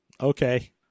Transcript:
Okay